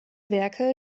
werke